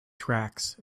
tracts